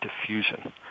diffusion